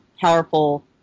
powerful